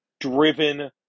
Driven